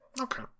Okay